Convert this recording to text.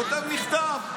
כותב מכתב,